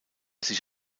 sich